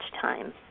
time